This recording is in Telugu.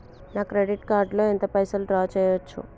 నా క్రెడిట్ కార్డ్ లో ఎంత పైసల్ డ్రా చేయచ్చు?